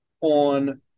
on